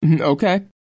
Okay